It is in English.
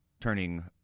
turning